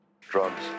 Drugs